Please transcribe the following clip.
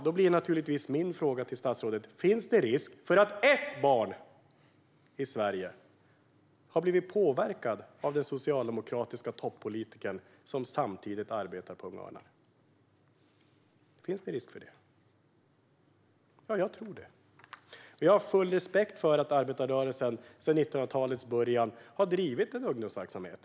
Då blir naturligtvis min fråga till statsrådet: Finns det en risk för att ett barn i Sverige har blivit påverkad av den socialdemokratiska toppolitiker som samtidigt arbetar på Unga Örnar? Finns det en risk för detta? Ja, jag tror det. Jag har full respekt för att arbetarrörelsen sedan 1900-talets början har bedrivit ungdomsverksamhet.